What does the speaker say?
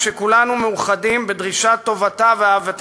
שכולנו מאוחדים בדרישת טובתה ובאהבה אליה.